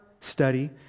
study